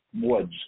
woods